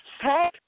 Hey